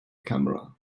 camera